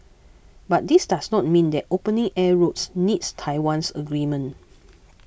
but this does not mean that opening air routes needs Taiwan's agreement